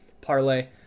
parlay